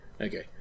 Okay